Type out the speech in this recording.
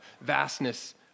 vastness